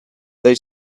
they